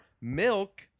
milk